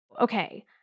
Okay